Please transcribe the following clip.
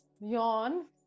yawn